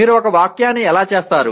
మీరు ఒక వాక్యాన్ని ఎలా చేస్తారు